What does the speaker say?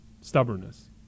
Stubbornness